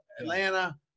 Atlanta